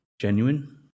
Genuine